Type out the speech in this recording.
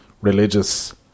religious